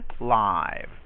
live